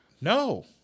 No